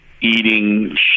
eating